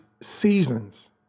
seasons